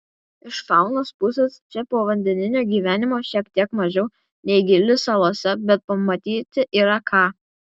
iš faunos pusės čia povandeninio gyvenimo šiek tiek mažiau nei gili salose bet pamatyti yra ką